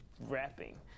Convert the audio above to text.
Rapping